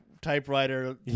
typewriter